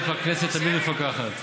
הכנסת תמיד מפקחת.